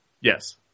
Yes